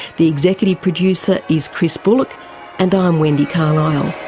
the executive producer is chris bullock and i'm wendy carlisle.